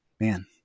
man